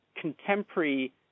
contemporary